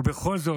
ובכל זאת,